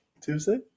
Tuesday